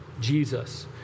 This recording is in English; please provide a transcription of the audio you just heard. Jesus